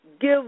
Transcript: give